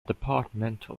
departmental